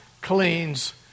cleans